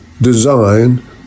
design